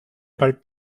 bald